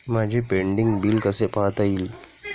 माझे pending bill कसे पाहता येईल?